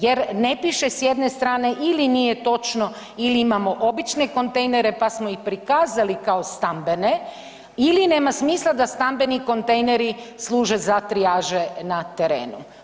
Jer ne piše s jedne strane ili nije točno ili imamo obične kontejnere pa smo ih prikazali kao stambene ili nema smisla da stambeni kontejneri služe za trijaže na terenu.